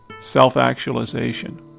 self-actualization